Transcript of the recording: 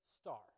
star